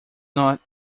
not